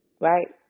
right